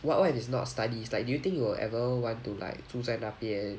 what what if it's not studies like do you think you will ever want to like 住在那边